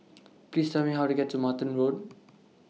Please Tell Me How to get to Martin Road